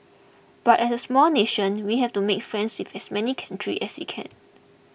but as a small nation we have to make friends with as many countries as we can